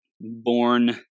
born